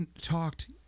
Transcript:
talked